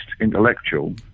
intellectual